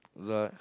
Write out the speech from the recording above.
got